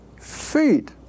Feet